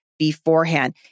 Beforehand